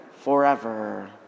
forever